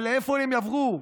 אבל לאיפה הם יעברו?